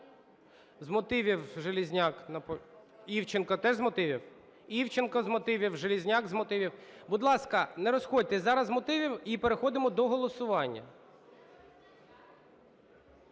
З мотивів Железняк… Івченко теж з мотивів? Івченко з мотивів, Железняк з мотивів. Будь ласка, не розходьтеся, зараз з мотивів і переходимо до голосування.